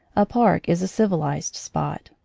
a park is a civilized spot,